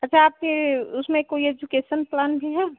अच्छा आपके उसमें कोई एजुकेसन प्लान भी है